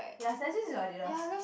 ya Stan Smith is Adidas